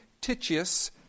Titius